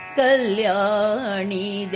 kalyani